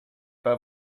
pas